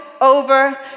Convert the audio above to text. over